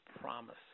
promise